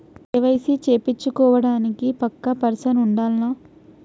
KYC చేపిచ్చుకోవడానికి పక్కా person ఉండాల్నా?